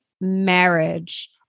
marriage